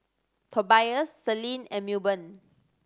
Tobias Selene and Milburn